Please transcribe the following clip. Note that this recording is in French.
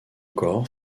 corps